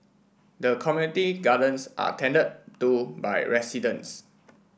the community gardens are tended to by residents